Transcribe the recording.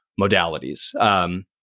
modalities